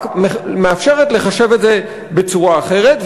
רק מאפשרת לחשב את זה בצורה אחרת,